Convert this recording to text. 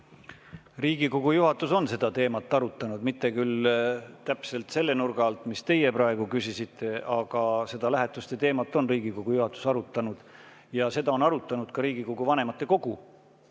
Riigikogu juhatus on seda teemat arutanud. Mitte küll täpselt selle nurga alt, mille kohta teie praegu küsisite, aga seda lähetuste teemat on Riigikogu juhatus arutanud ja seda on arutanud ka Riigikogu vanematekogu.